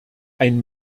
ein